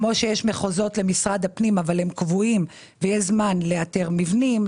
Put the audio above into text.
כמו שיש מחוזות למשרד הפנים אבל הם קבועים ויש זמן לאתר מבנים,